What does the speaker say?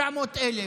900,000,